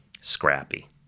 scrappy